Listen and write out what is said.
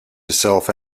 yourself